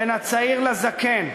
בין הצעיר לזקן,